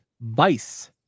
Vice